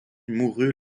mourut